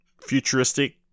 futuristic